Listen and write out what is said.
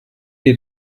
dir